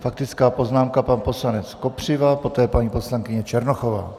Faktická poznámka pan poslanec Kopřiva, poté paní poslankyně Černochová.